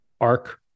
arc